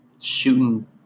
shooting